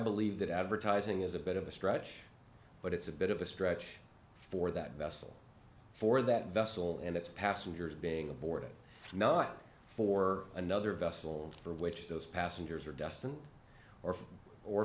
believe that advertising is a bit of a stretch but it's a bit of a stretch for that vessel for that vessel and its passengers being aborted not for another vessel for which those passengers are destined or for